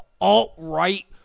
alt-right